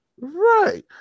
right